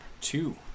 two